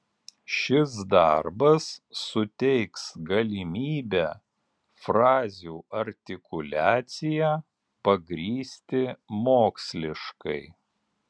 šis darbas suteiks galimybę frazių artikuliaciją pagrįsti moksliškai